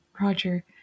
Roger